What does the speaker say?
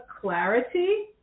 clarity